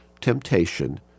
temptation